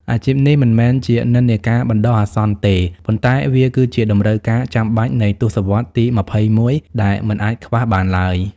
អាជីពនេះមិនមែនជានិន្នាការបណ្ដោះអាសន្នទេ ប៉ុន្តែវាគឺជាតម្រូវការចាំបាច់នៃសតវត្សរ៍ទី ២១ ដែលមិនអាចខ្វះបានឡើយ។